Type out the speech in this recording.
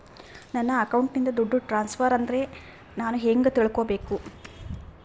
ನನ್ನ ಅಕೌಂಟಿಂದ ದುಡ್ಡು ಟ್ರಾನ್ಸ್ಫರ್ ಆದ್ರ ನಾನು ಹೆಂಗ ತಿಳಕಬೇಕು?